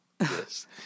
Yes